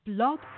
Blog